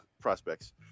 prospects